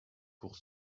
pour